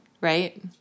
Right